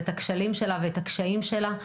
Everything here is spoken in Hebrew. את הכשלים שלה ואת הקשיים שלה.